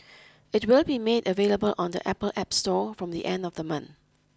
it will be made available on the Apple App Store from the end of the month